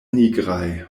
nigraj